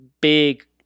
big